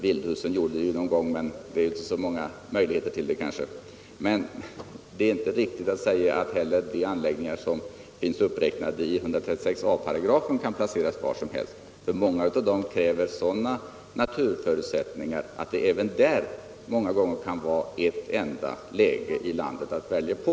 Vild-Hussen gjorde det en gång, men det finns väl inte så många möjligheter ytterligare. Det är dock inte riktigt att säga att de anläggningar som finns uppräknade i 136 a § kan placeras var som helst. Många av dem kräver sådana naturförutsättningar att det kan vara ett enda läge i landet att välja på.